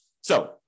So-